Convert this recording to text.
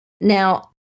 Now